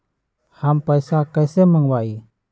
हम पैसा कईसे मंगवाई?